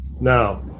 now